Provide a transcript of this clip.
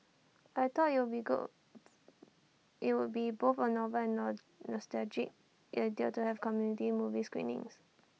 I thought IT would be both A novel and nostalgic idea to have community movie screenings